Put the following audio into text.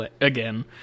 again